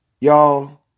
y'all